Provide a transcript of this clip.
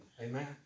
Amen